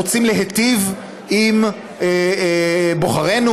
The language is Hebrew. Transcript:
רוצים להיטיב עם בוחרינו,